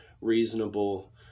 reasonable